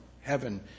heaven